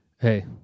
Hey